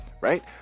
right